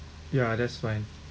ya that's fine